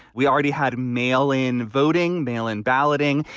we already had mail in voting, mail in balloting.